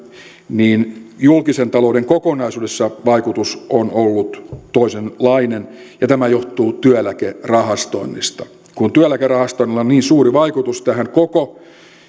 niin julkisen talouden kokonaisuudessa vaikutus on ollut toisenlainen ja tämä johtuu työeläkerahastoinnista kun työeläkerahastoinnilla on niin suuri vaikutus tähän koko